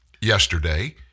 yesterday